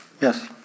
Yes